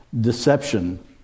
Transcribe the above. deception